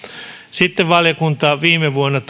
sitten valiokunta viime vuonna